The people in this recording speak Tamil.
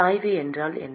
சாய்வு என்றால் என்ன